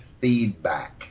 feedback